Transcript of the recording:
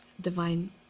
divine